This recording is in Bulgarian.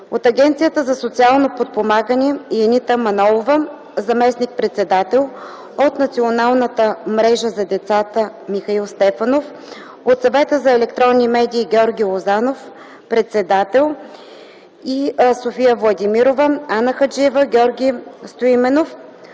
от Агенцията за социално подпомагане – Янита Манолова, заместник-председател; от Националната мрежа за децата – Михаил Стефанов; от Съвета за електронни медии – Георги Лозанов, председател, София Владимирова, Анна Хаджиева и Георги Стоименов;